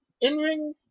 in-ring